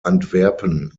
antwerpen